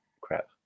crap